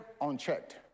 unchecked